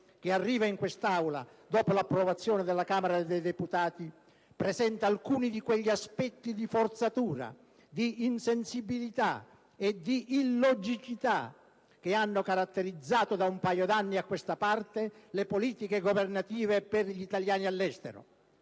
che arriva in quest'Aula dopo l'approvazione della Camera dei deputati, presenta alcuni di quegli aspetti di forzatura, di insensibilità e di illogicità che hanno caratterizzato da un paio di anni a questa parte le politiche governative per gli italiani all'estero.